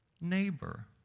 neighbor